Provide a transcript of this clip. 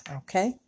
okay